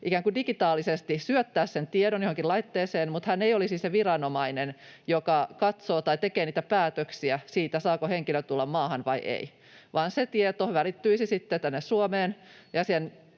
ikään kuin digitaalisesti syöttää sen tiedon johonkin laitteeseen, mutta hän ei olisi se viranomainen, joka katsoo tai tekee niitä päätöksiä siitä, saako henkilö tulla maahan vai ei, vaan se tieto välittyisi sitten tänne Suomeen, ja